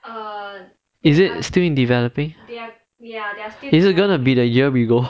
is it still in developing is it gonna be the year we go